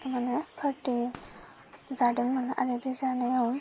मानि पार्टी जादोंमोन आरो बे जानायाव